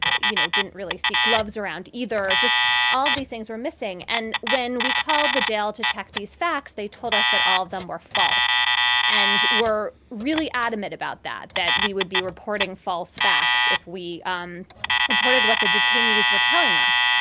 you know, didn't really see gloves around either. just all these things were missing. and when we called the jail to check these facts, they told us that all of them were false and were really adamant about that, that we would be reporting false facts if we um reported what the detainees were telling us.